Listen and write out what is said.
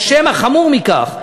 או שמא חמור מכך,